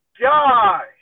Josh